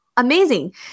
amazing